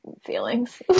feelings